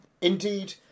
Indeed